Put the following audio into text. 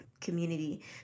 Community